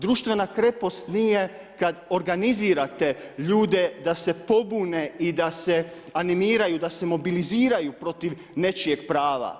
Društvena krepost nije kad organizirate ljude da se pobune i da se animiraju, da se mobiliziraju protiv nečijeg prava.